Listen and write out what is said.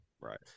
right